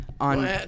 On